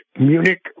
Munich